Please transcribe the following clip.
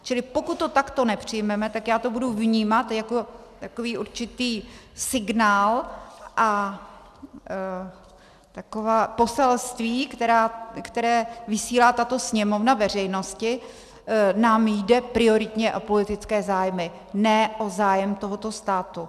Čili pokud to takto nepřijmeme, tak já to budu vnímat jako takový určitý signál a poselství, které vysílá tato Sněmovna veřejnosti: nám jde prioritně o politické zájmy, ne o zájem tohoto státu.